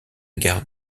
gare